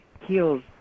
heals